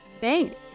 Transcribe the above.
Thank